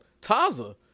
Taza